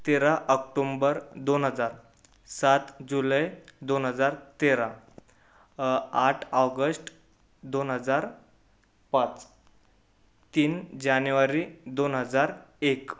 तेरा आक्टूंबर दोन हजार सात जुलेय दोन हजार तेरा आठ ऑगष्ट दोन हजार पाच तीन जानेवारी दोन हजार एक